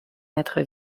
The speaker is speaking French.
être